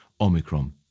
Omicron